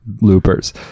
Loopers